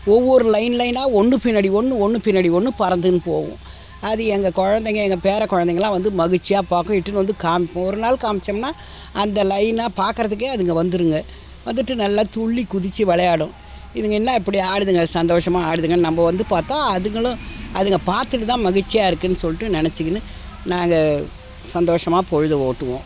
ஒவ்வொரு லைன் லைன்னாக ஒன்று பின்னாடி ஒன்று ஒன்று பின்னாடி ஒன்று பறந்துன்னு போகும் அது எங்கே குழந்தைங்க எங்கள் பேரக்குழந்தைங்கெல்லாம் வந்து மகிழ்ச்சியாக பார்க்கும் இட்டுன்னு வந்து காமிப்போம் ஒரு நாள் காமித்தோம்னா அந்த லைன்னாக பார்க்கறதுக்கே அதுங்க வந்துடுங்க வந்துட்டு நல்லா துள்ளி குதிச்சு விளையாடும் இதுங்க என்ன இப்படி ஆடுதுங்க சந்தோஷமாக ஆடுதுங்க நம்ப வந்து பார்த்தா அதுங்களும் அதுங்க பார்த்துட்டு தான் மகிழ்ச்சியாக இருக்குதுன்னு சொல்லிட்டு நெனைச்சிக்கின்னு நாங்கள் சந்தோஷமாக பொழுதை ஓட்டுவோம்